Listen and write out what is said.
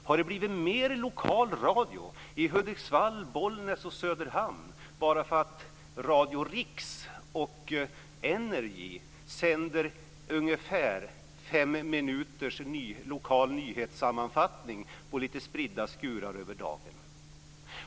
Har det blivit mer lokal radio i Hudiksvall, Bollnäs och Söderhamn bara därför att Radio RIX och NRJ sänder ungefär fem minuters lokal nyhetssammanfattning i lite spridda skurar över dagen?